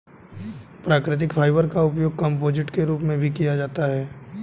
प्राकृतिक फाइबर का उपयोग कंपोजिट के रूप में भी किया जाता है